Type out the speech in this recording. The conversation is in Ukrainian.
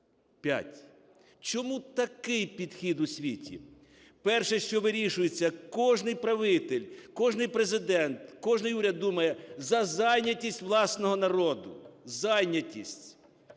5. Чому такий підхід у світі? Перше, що вирішується: кожний правитель, кожен президент, кожен уряд думає за зайнятість власного народу. Зайнятість.